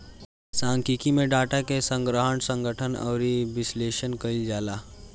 सांख्यिकी में डाटा के संग्रहण, संगठन अउरी विश्लेषण कईल जाला